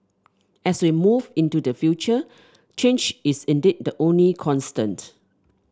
as we move into the future change is indeed the only constant